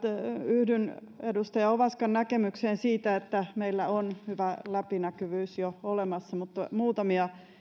yhdyn edustaja ovaskan näkemykseen siitä että meillä on hyvä läpinäkyvyys jo olemassa mutta tässä muutamia